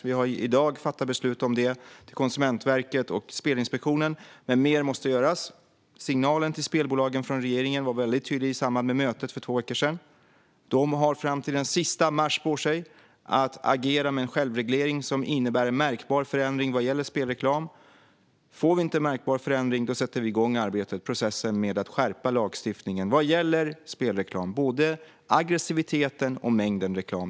Vi har i dag fattat beslut om det till Konsumentverket och Spelinspektionen, men mer måste göras. Signalen från regeringen till spelbolagen var mycket tydlig i samband med mötet för två veckor sedan. De har fram till den 31 mars på sig att agera med en självreglering som innebär en märkbar förändring vad gäller spelreklam. Får vi inte en märkbar förändring sätter vi i gång arbetet och processen med att skärpa lagstiftningen vad gäller spelreklam, både när det gäller aggressiviteten och mängden reklam.